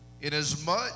inasmuch